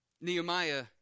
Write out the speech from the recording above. Nehemiah